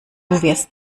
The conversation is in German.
wirst